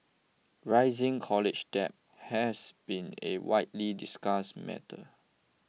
rising college debt has been a widely discussed matter